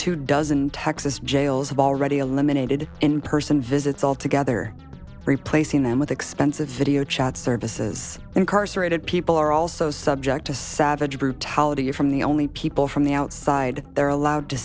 two dozen texas jails have already eliminated in person visits altogether replacing them with expensive video chat services incarcerated people are also subject to savage brutality from the only people from the outside they're allowed to